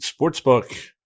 Sportsbook